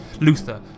Luther